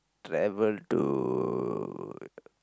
travel to